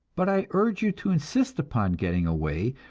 but i urge you to insist upon getting away,